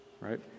Right